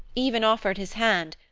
even offered his hand,